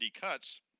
cuts